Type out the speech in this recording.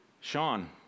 Sean